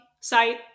site